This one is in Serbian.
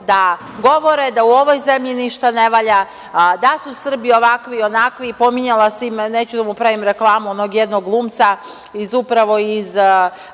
da govore da u ovoj zemlji ništa ne valja, da su Srbi ovakvi, onakvi. Pominjala sam i, neću da mu pravim reklamu, onog jednog glumca iz filma